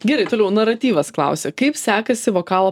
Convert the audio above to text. gerai toliau naratyvas klausia kaip sekasi vokalo